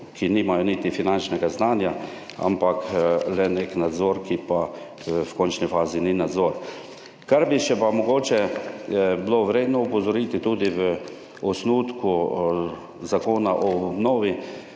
ki nimajo niti finančnega znanja, ampak le nek nadzor, ki pa v končni fazi ni nadzor. Kar bi še pa mogoče bilo vredno opozoriti tudi v osnutku Zakona o 21.